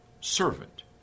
servant